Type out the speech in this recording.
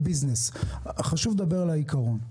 חשוב לדבר על העיקרון.